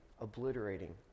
obliterating